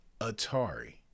Atari